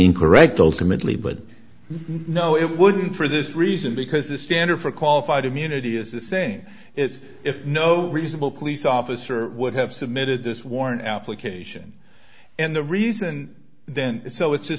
incorrect ultimately but no it wouldn't for this reason because the standard for qualified immunity is the same it's if no reasonable cleese officer would have submitted this warrant application and the reason then so it's the